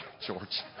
George